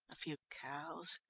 a few cows,